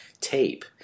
tape